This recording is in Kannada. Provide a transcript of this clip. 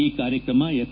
ಈ ಕಾರ್ಯಕ್ರಮ ಎಫ್